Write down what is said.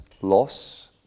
loss